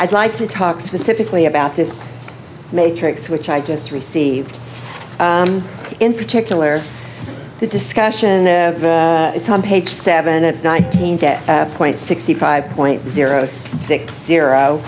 i'd like to talk specifically about this matrix which i just received in particular the discussion it's on page seven and nineteen point sixty five point zero six zero